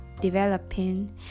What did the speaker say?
developing